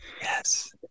Yes